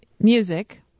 music